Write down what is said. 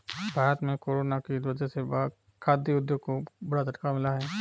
भारत में कोरोना की वजह से खाघ उद्योग को बड़ा झटका मिला है